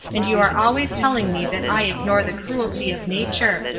and you are always telling me that i ignore the cruelty of nature.